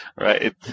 Right